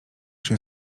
się